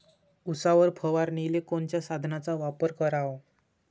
उसावर फवारनीले कोनच्या साधनाचा वापर कराव?